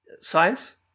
Science